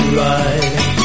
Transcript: right